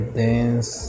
dance